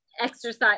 Exercise